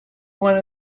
one